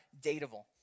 dateable